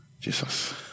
Jesus